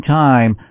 time